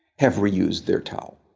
have reused their towel.